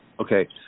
Okay